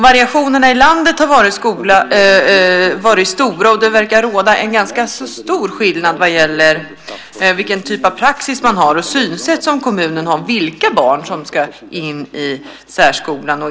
Variationerna i landet har varit stora, och det verkar finnas ganska stora skillnader mellan vilken praxis och vilket synsätt kommunerna har beträffande vilka barn som ska gå i särskolan.